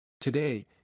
Today